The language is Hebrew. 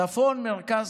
צפון, מרכז,